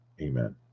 Amen